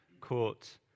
court